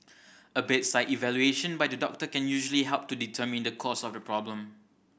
a bedside evaluation by the doctor can usually help to determine the cause of the problem